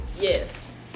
Yes